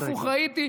עולם הפוך ראיתי,